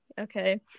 okay